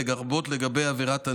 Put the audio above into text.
לרבות לגבי עבירת הנשק.